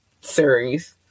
series